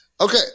Okay